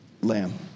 Lamb